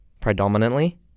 predominantly